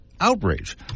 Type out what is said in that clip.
Outrage